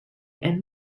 and